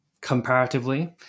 comparatively